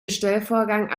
bestellvorgang